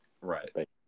Right